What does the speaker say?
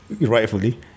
rightfully